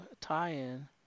tie-in